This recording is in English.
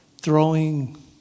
throwing